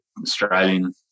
Australian